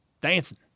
dancing